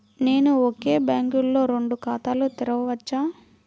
నేను ఒకే బ్యాంకులో రెండు ఖాతాలు తెరవవచ్చా?